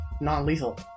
non-lethal